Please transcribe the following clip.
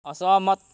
असहमत